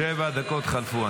שבע דקות חלפו.